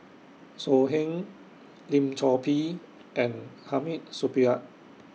So Heng Lim Chor Pee and Hamid Supaat